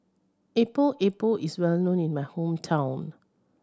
Epok Epok is well known in my hometown